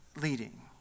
leading